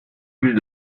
plus